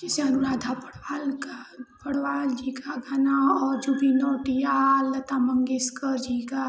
जैसे अनुराधा पौंडवाल का पौडवाल जी का गाना और जुबिन नौटियाल लतामंगेशकर जी का